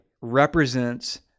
represents